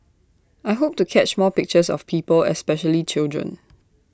I hope to catch more pictures of people especially children